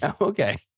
Okay